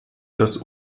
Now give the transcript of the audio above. das